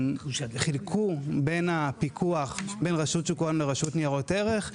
חילקו את הפיקוח בין רשות שוק ההון לרשות ניירות ערך.